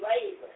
labor